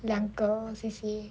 两个 C_C_A